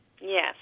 Yes